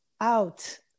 out